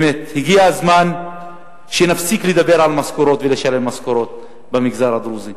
באמת הגיע הזמן שנפסיק לדבר על משכורות ולשלם משכורות במגזר הדרוזי.